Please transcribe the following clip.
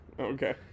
Okay